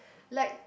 like